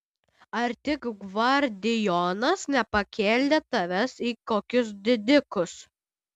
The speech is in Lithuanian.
ar tik gvardijonas nepakėlė tavęs į kokius didikus